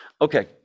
Okay